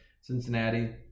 Cincinnati